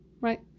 Right